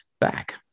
back